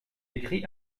écrit